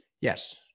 Yes